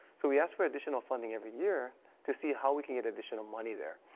so we ask for additional funding every year to see how we can get additional money there.